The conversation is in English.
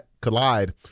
collide